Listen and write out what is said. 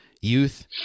youth